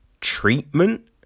treatment